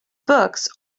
books